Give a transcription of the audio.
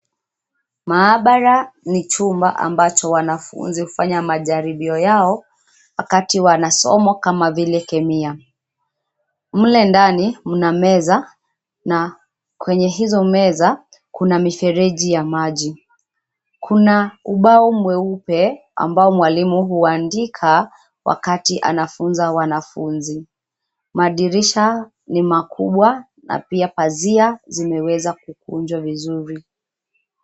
Maabara ni chumba ambacho wanafunzi hufanya majaribio yao wakati wana somo kama vile Kemia. Mle ndani mna meza na kwenye hizo meza kuna mifereji ya maji. Kuna ubao mweupe ambao mwalimu huandika wakati anafunza wanafunzi. Madirisha ni makubwa na pia pazia zimeweza kukunjwa vizuri